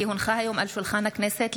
כי הונחה היום על שולחן הכנסת,